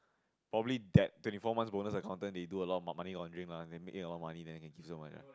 probably that twenty four months bonus accountant they do a lot for money laundering lah they make alot of money then can give so much